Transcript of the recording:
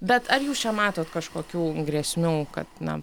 bet ar jūs čia matot kažkokių grėsmių kad na